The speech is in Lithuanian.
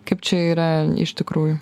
kaip čia yra iš tikrųjų